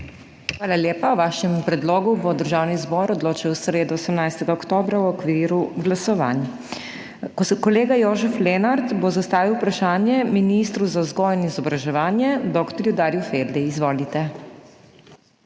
Hvala lepa. O vašem predlogu bo Državni zbor odločil v sredo, 18. oktobra, v okviru glasovanj. Kolega Jožef Lenart bo zastavil vprašanje ministru za vzgojo in izobraževanje dr. Darju Feldi. Izvolite.